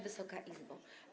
Wysoka Izbo!